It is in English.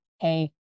Hey